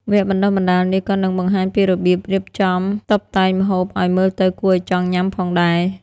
វគ្គបណ្ដុះបណ្ដាលនេះក៏នឹងបង្ហាញពីរបៀបរៀបចំតុបតែងម្ហូបឱ្យមើលទៅគួរឱ្យចង់ញ៉ាំផងដែរ។